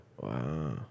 Wow